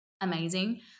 amazing